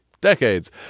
decades